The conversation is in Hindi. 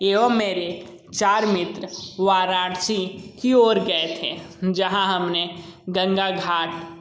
एवं मेरे चार मित्र वाराणसी की ओर गए थे जहाँ हम ने गंगा घाट